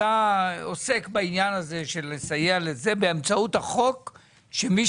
אתה עוסק בעניין הזה של לסייע באמצעות החוק שמי